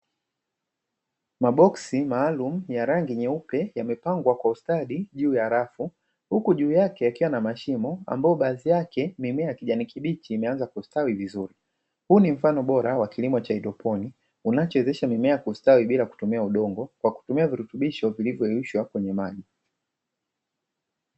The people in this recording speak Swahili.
Maboksi maalum ya rangi nyeupe yamepangwa kwa ustadi juu ya rafu, huku juu yake yakiwa na mashimo ambayo baadhi yake mimea ya kijani kibichi imeanza kustawi vizuri. Huu ni mfano bora wa kilimo cha haidroponiki unachowezesha mimea kustawi bila kutumia udongo kwa kutumia virutubisho vilivyoyeyushwa kwenye maji.